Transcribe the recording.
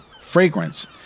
fragrance